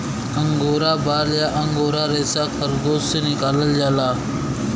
angora बाल या angora रेसा खरगोस से निकालल जाला